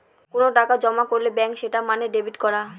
কোনো টাকা জমা করলে ব্যাঙ্কে সেটা মানে ডেবিট করা